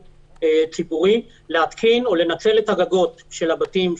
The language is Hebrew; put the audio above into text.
ציבורי להתקין או לנצל את הגגות של הבתים,